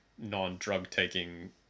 non-drug-taking